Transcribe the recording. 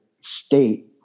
state